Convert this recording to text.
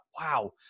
wow